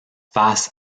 face